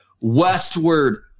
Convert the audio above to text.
westward